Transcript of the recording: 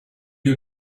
you